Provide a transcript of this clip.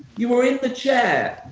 you were in the chair.